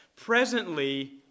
Presently